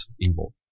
evil